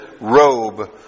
robe